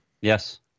Yes